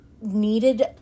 needed